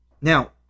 Now